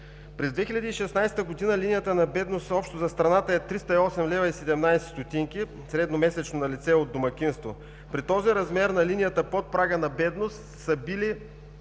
През 2016 г. линията на бедност общо за страната е 308,17 лв. средномесечно на лице от домакинство. При този размер на линията под прага на бедност са били